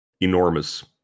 enormous